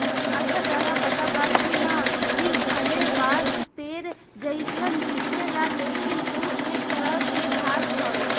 अच्छा ताहरा पता बा की ना, कि भले बांस पेड़ जइसन दिखेला लेकिन उ एक तरह के घास हवे